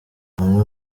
umwe